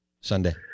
Sunday